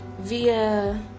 via